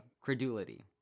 credulity